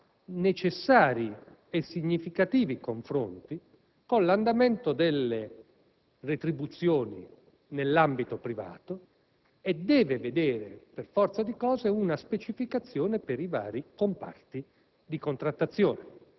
necessari e significativi confronti con l'andamento delle retribuzioni nell'ambito privato e deve prevedere per forza di cose una specificazione per i vari comparti di contrattazione;